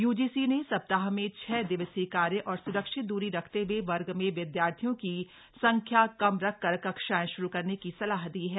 UGC ने सप्ताह में छह दिवसीय कार्य और स्रक्षित दूरी रखते हुए वर्ग में विद्यार्थियों की संख्या कम रखकर कक्षाएं श्रू करने की सलाह दी है